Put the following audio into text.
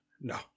No